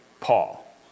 Paul